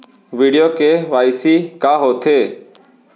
video KYC का होथे